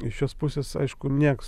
iš šios pusės aišku nieks